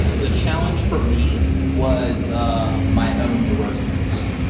the challenge for me was my own neurosis,